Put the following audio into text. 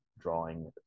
drawing